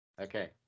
Okay